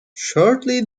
shortly